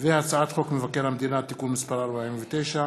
הצעת חוק מבקר המדינה (תיקון מס' 49),